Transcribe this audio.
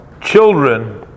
children